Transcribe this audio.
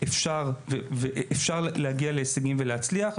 אז אפשר להגיע להישגים ולהצליח.